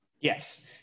Yes